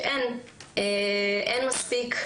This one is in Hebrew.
שאין מספיק.